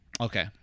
Okay